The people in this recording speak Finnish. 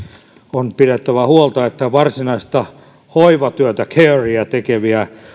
on pidettävä huolta että varsinaista hoivatyötä care tekeviä